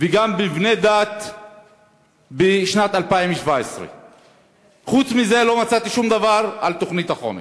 וגם מבני דת בשנת 2017. חוץ מזה לא מצאתי שום דבר על תוכנית החומש.